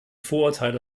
vorurteile